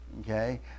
Okay